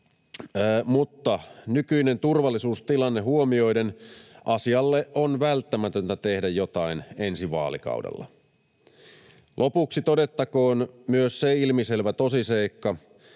mutta nykyinen turvallisuustilanne huomioiden asialle on välttämätöntä tehdä jotain ensi vaalikaudella. Lopuksi todettakoon myös se ilmiselvä tosiseikka,